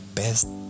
best